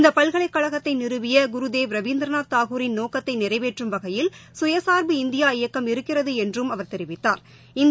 இந்தபல்கலைக்கழகத்தைநிறுவியகுருதேவ் ரவீந்திரநாத் தாகூரின் நோக்கத்தைநிறைவேற்றும் வகையில் சுயசாா்பு இந்தியா இயக்கம் இருக்கிறதுஎன்றும் அவா் தெரிவித்தாா்